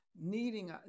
needing